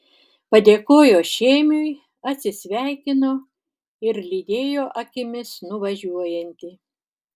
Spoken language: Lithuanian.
padėkojo šėmiui atsisveikino ir lydėjo akimis nuvažiuojantį